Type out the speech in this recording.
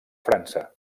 frança